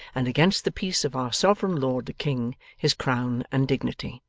and against the peace of our sovereign lord the king, his crown and dignity.